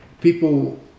people